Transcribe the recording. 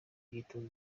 imyitozo